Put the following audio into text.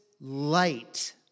light